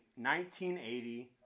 1980